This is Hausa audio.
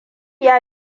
ya